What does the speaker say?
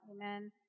Amen